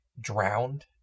drowned